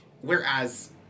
Whereas